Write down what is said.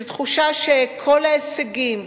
של תחושה שכל ההישגים,